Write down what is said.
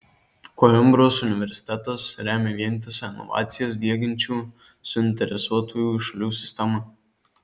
koimbros universitetas remia vientisą inovacijas diegiančių suinteresuotųjų šalių sistemą